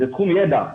זה תחום ידע,